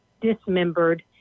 dismembered